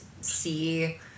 see